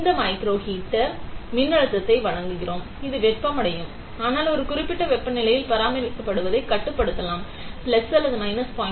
இந்த மைக்ரோஹீட்டர் இந்த மைக்ரோஹீட்டருக்கு மின்னழுத்தத்தை வழங்குவோம் மேலும் அது வெப்பமடையும் மேலும் இது ஒரு குறிப்பிட்ட வெப்பநிலையில் பராமரிக்கப்படுவதைக் கட்டுப்படுத்தலாம் பிளஸ் அல்லது மைனஸ் 0